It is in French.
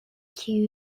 qui